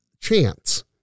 chance